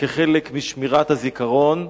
כחלק משמירת הזיכרון,